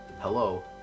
hello